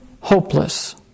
hopeless